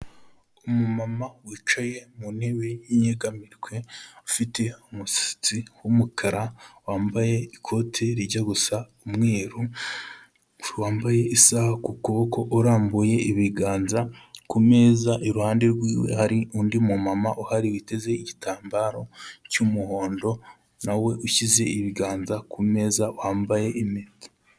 Umumama wicaye mu ntebe y'inyegamirwe, ufite umusatsi w'umukara, wambaye ikote rijya gusa umweru, wambaye isaha ku kuboko, urambuye ibiganza ku meza. Iruhande rwe, hari undi mumama uhari, witeze igitambaro cy'umuhondo, na we ushyize ibiganza ku meza, wambaye impeta.